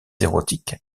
érotiques